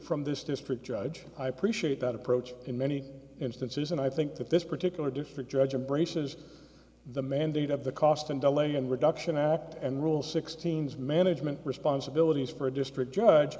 from this district judge i appreciate that approach in many instances and i think that this particular district judge of braces the mandate of the cost and delay and reduction act and rule six teams management responsibilities for a district judge